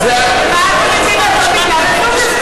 מה אתם מציעים, בוא תגיד.